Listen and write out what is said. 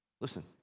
Listen